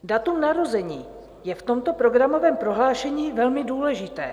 Datum narození je v tomto programovém prohlášení velmi důležité.